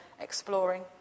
exploring